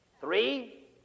Three